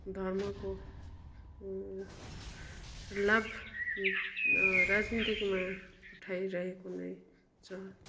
धर्मको लाभ राजनीतिमा उठाइरहेको नै छ